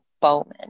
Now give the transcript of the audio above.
Bowman